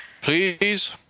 Please